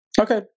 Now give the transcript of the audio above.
Okay